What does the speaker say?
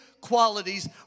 qualities